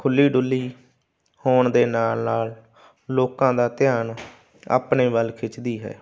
ਖੁੱਲ੍ਹੀ ਡੁੱਲ੍ਹੀ ਹੋਣ ਦੇ ਨਾਲ ਨਾਲ ਲੋਕਾਂ ਦਾ ਧਿਆਨ ਆਪਣੇ ਵੱਲ ਖਿੱਚਦੀ ਹੈ